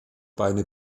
beine